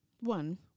one